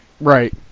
Right